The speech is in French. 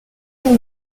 ont